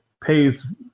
pays